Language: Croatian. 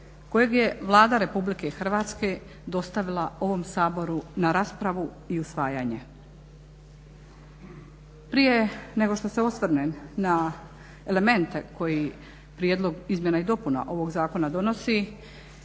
kojeg je Vlada Republike Hrvatske dostavila ovom Saboru na raspravu i usvajanje. Prije nego što se osvrnem na elemente koji Prijedlog izmjena i dopuna ovoga Zakona donosi